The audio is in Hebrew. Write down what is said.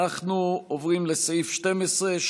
אנחנו עוברים לסעיף 12,